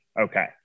okay